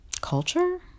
culture